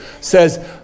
says